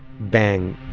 bang.